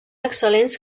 excel·lents